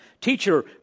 Teacher